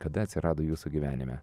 kada atsirado jūsų gyvenime